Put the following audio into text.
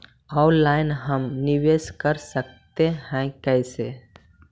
Online हम निवेश कर सकते है, कैसे?